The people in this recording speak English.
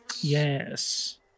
Yes